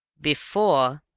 before?